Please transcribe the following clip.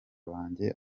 banjye